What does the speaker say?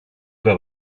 que